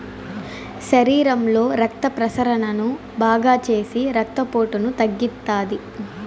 శరీరంలో రక్త ప్రసరణను బాగాచేసి రక్తపోటును తగ్గిత్తాది